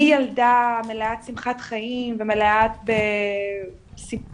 מילדה מלאת שמחת חיים ומלאה ב --- (השיחה